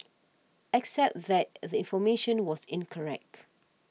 except that the information was incorrect